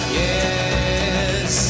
yes